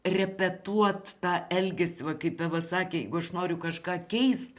repetuot tą elgesį va kaip eva sakė jeigu aš noriu kažką keist